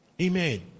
Amen